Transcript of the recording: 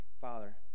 Father